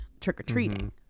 trick-or-treating